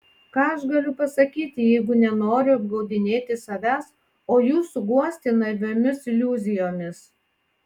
ką aš galiu pasakyti jeigu nenoriu apgaudinėti savęs o jūsų guosti naiviomis iliuzijomis